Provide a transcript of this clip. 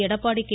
Edappadi K